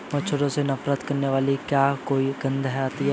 मच्छरों से नफरत करने वाली क्या कोई गंध आती है?